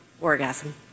orgasm